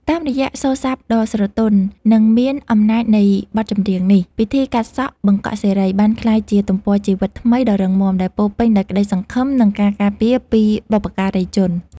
តាមរយៈសូរស័ព្ទដ៏ស្រទន់ និងមានអំណាចនៃបទចម្រៀងនេះ ពិធីកាត់សក់បង្កក់សិរីបានក្លាយជាទំព័រជីវិតថ្មីដ៏រឹងមាំ ដែលពោរពេញដោយក្តីសង្ឃឹម និងការការពារពីបុព្វការីជន។